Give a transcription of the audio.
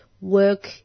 work